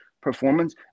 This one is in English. performance